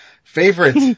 Favorite